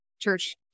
church